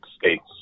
state's